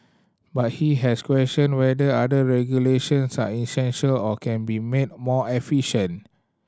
but he has questioned whether other regulations are essential or can be made more efficient